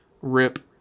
Rip